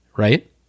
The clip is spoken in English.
Right